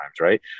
right